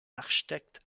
l’architecte